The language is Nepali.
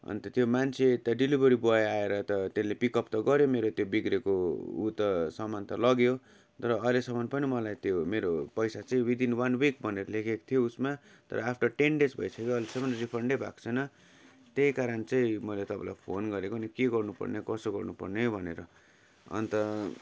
अन्त त्यो मान्छे त्यो डेलिभरी बोय आएर त त्यसले पिकअप त गर्यो मेरो त्यो बिग्रेको उ त सामान त लग्यो तर अहिलेसम्म पनि मलाई त्यो मेरो पैसा चाहिँ विदिन वान विक भनेर लेखेको थियो उसमा तर आफ्टर टेन डेज भइसक्यो अहिलेसम्म रिफन्डै भएको छैन त्यही कारण चाहिँ मैले तपाईँलाई फोन गरेको नि अनि के गर्नुपर्ने कसो गर्नुपर्ने भनेर अन्त